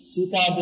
Sita